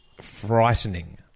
frightening